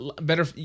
better